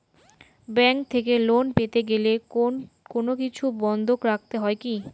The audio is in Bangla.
ব্যাংক থেকে লোন পেতে গেলে কোনো কিছু বন্ধক রাখতে হয় কি?